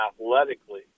athletically